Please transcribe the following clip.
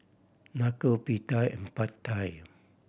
Nacho Pita and Pad Thai